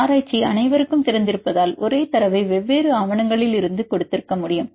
ஆராய்ச்சி அனைவருக்கும் திறந்திருப்பதால் ஒரே தரவை வெவ்வேறு ஆவணங்களிலிருந்து கொடுத்திருக்க முடியும்